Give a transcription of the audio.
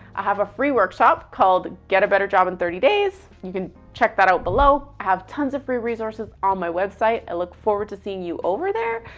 i have a free workshop called get a better job in thirty days. you can check that out below. i have tons of free resources on my website. i look forward to seeing you over there.